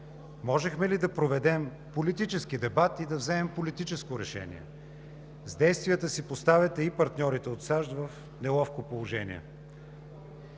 Можехме ли да проведем политически дебат и да вземем политическо решение? С действията си поставяте и партньорите от САЩ в неловко положение.